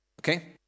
Okay